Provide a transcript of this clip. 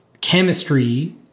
chemistry